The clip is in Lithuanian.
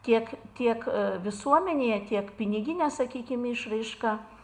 tiek tiek visuomenėje tiek pinigine sakykim išraiška